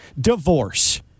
Divorce